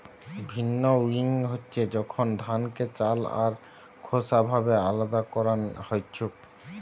ভিন্নউইং হচ্ছে যখন ধানকে চাল আর খোসা ভাবে আলদা করান হইছু